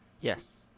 Yes